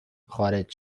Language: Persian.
خارج